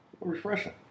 Refreshing